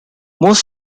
most